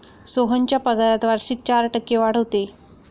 सोहनच्या पगारात वार्षिक चार टक्के वाढ होते